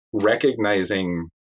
Recognizing